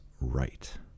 right